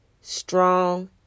strong